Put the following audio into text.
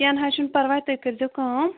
کیٚنٛہہ نہَ حظ چھُنہٕ پَرواے تُہۍ کٔرۍزیٚو کٲم